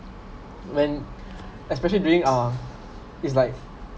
and especially during uh is like